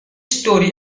story